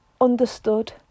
understood